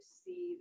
see